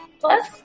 plus